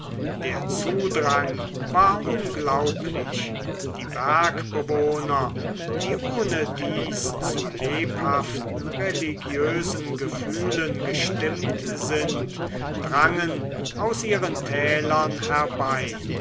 der zudrang war unglaublich die bergbewohner die ohnedies zu lebhaften religiösen gefühlen gestimmt sind drangen aus ihren tälern herbei